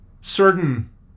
certain